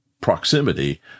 proximity